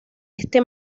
este